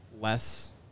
less –